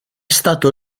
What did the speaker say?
stato